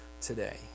today